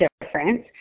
difference